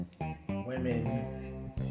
women